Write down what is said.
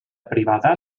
privada